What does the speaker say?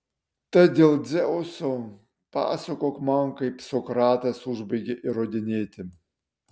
tad dėl dzeuso pasakok man kaip sokratas užbaigė įrodinėti